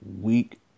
Week